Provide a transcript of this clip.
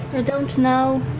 don't know.